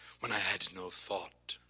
when i had no thought,